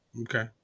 okay